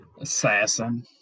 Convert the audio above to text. Assassin